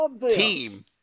team